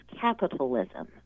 capitalism